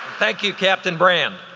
thank you captain brand.